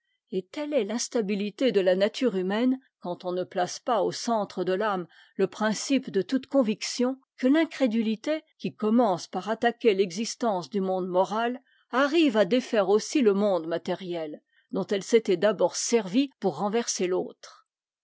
et telle est l'instabilité de la nature humaine quand on ne place pas au centre de l'âme le principe de toute conviction que l'incrédulité qui commence par attaquer l'existence du monde moral arrive à défaire aussi le monde matériel dont elle s'était d'abord servie pour renverser l'autre